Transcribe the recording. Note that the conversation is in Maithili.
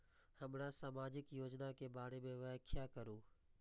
हमरा सामाजिक योजना के बारे में व्याख्या करु?